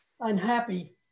unhappy